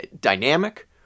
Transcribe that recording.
dynamic